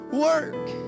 Work